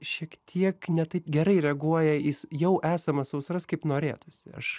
šiek tiek ne taip gerai reaguoja jis jau esamas sausras kaip norėtųsi aš